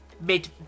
mid